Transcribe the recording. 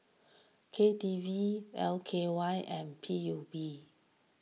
K D V L K Y and P U B